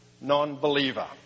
non-believer